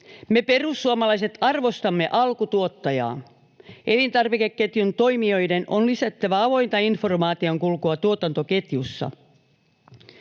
Me perussuomalaiset arvostamme alkutuottajaa. Elintarvikeketjun toimijoiden on lisättävä avointa informaation kulkua tuotantoketjussa.